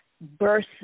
birth